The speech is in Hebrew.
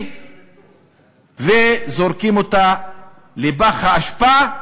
וזורקים אותה לפח האשפה.